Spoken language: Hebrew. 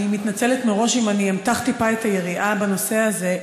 אני מתנצלת מראש אם אמתח טיפה את היריעה בנושא הזה.